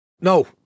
No